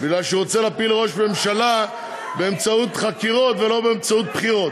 בגלל שהוא רוצה להפיל ראש ממשלה באמצעות חקירות ולא באמצעות בחירות,